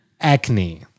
acne